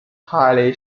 highly